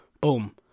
Boom